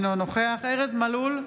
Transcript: אינו נוכח ארז מלול,